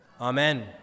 Amen